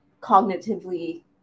cognitively